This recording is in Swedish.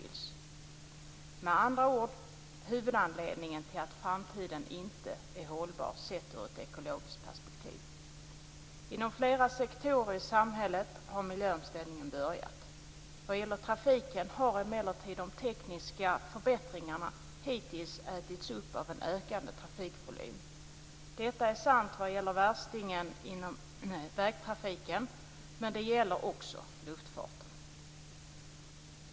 Uttryckt med andra ord är trafiken huvudanledningen till att framtiden sedd i ett ekologiskt perspektiv inte är hållbar. Miljöomställningen har börjat inom flera samhällssektorer. Vad gäller trafiken har emellertid de tekniska förbättringarna hittills ätits upp av en ökande trafikvolym. Detta är sant vad gäller värstingen bland trafikslagen, som är vägtrafiken, men det gäller också för luftfarten.